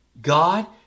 God